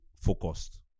focused